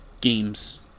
games